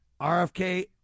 RFK